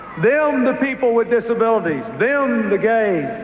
them the people with disabilities. them the gays.